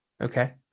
Okay